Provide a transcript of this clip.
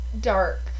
dark